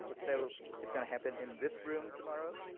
um so it's gonna happen in this room tomorrow.